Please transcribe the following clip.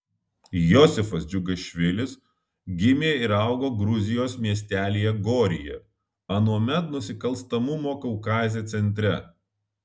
josifas džiugašvilis gimė ir augo gruzijos miestelyje goryje anuomet nusikalstamumo kaukaze centre